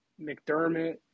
McDermott